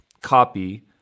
copy